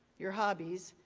your hobbies,